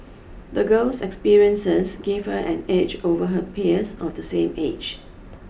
the girl's experiences gave her an edge over her peers of the same age